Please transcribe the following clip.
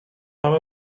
mamy